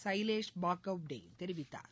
சைலேஷ் பாக்கவ்டே தெரிவித்தார்